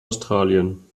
australien